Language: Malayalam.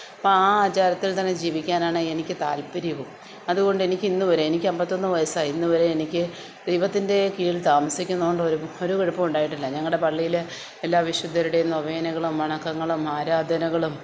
അപ്പം ആ ആചാരത്തിൽ തന്നെ ജീവിക്കാനാണ് എനിക്ക് താൽപ്പര്യവും അതുകൊണ്ട് എനിക്ക് ഇന്നുവരെ എനിക്ക് അമ്പത്തൊന്ന് വയസ്സായി ഇന്നുവരെ എനിക്ക് ദൈവത്തിൻറെ കീഴിൽ താമസിക്കുന്നതുകൊണ്ട് ഒരു ഒരു കുഴപ്പവും ഉണ്ടായിട്ടില്ല ഞങ്ങളുടെ പള്ളിയിൽ എല്ലാ വിശുദ്ധരുടെയും നൊവേനകളും വണക്കങ്ങളും ആരാധനകളും